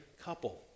couple